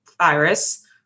virus